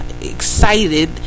Excited